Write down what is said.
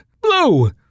Blue